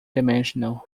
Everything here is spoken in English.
dimensional